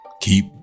keep